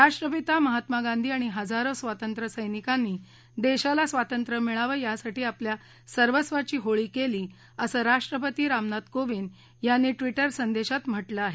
राष्ट्रपिता महात्मा गांधी आणि हजारो स्वातंत्र्यसैनिकांनी देशाला स्वातंत्र्य मिळावं यासाठी आपल्या सर्वस्वाची होळी केली असं राष्ट्रपती रामनाथ कोविंद यांनी ट्विटर संदेशात म्हटलं आहे